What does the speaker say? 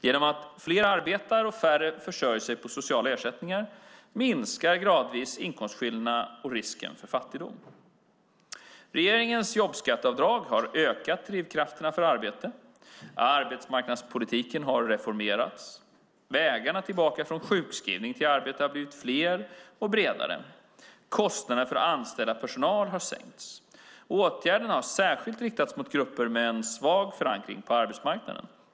Genom att fler arbetar och färre försörjer sig på sociala ersättningar minskar gradvis inkomstskillnaderna och risken för fattigdom. Regeringens jobbskatteavdrag har ökat drivkrafterna för arbete, arbetsmarknadspolitiken har reformerats, vägarna tillbaka från sjukskrivning till arbete har blivit fler och bredare och kostnaderna för att anställa personal har sänkts. Åtgärderna har särskilt riktats mot grupper med svag förankring på arbetsmarknaden.